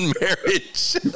marriage